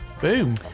Boom